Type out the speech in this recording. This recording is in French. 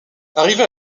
arrivée